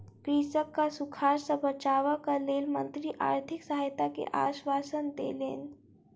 कृषकक सूखाड़ सॅ बचावक लेल मंत्री आर्थिक सहायता के आश्वासन देलैन